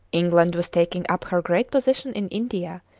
england was taking up her great position in india,